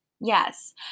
Yes